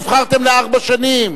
נבחרתם לארבע שנים.